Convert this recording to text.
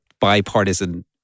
bipartisan